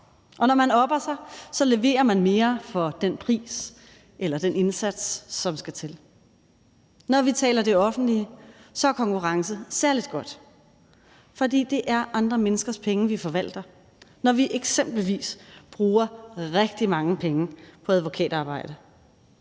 og når man opper sig, leverer man mere for prisen eller i forhold til den indsats, som skal til. Når vi taler om det offentlige, er konkurrence særlig godt, fordi det er andre menneskers penge, vi forvalter, når vi eksempelvis bruger rigtig mange penge på advokatarbejde.